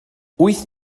wyth